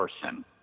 person